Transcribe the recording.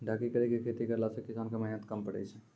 ढकी करी के खेती करला से किसान के मेहनत कम पड़ै छै